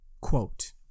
Quote